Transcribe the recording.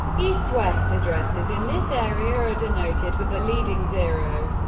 east-west addresses in this area are denoted with a leading zero.